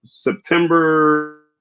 September